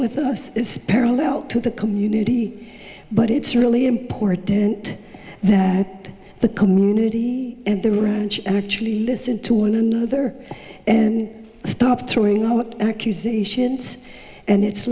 with us is parallel to the community but it's really important that the community and the ranch actually listen to one another and stop throwing out accusations and it's